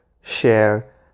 share